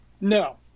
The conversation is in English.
no